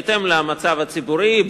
בהתאם למצב הציבורי,